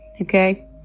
okay